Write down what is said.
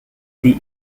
die